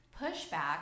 pushback